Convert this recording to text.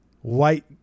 white